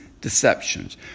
deceptions